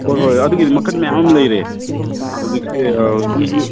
ꯍꯣꯏ ꯍꯣꯏ ꯑꯗꯨꯒꯤꯗꯣ ꯃꯈꯟ ꯃꯌꯥꯝ ꯂꯩꯔꯦ ꯍꯧꯖꯤꯛꯁꯦ ꯍꯧꯖꯤꯛ ꯍꯧꯖꯤꯛ